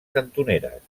cantoneres